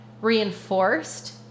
reinforced